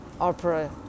opera